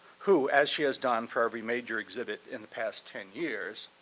who, as she has done for every major exhibit in the past ten years,